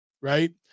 right